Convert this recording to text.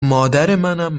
مادرمنم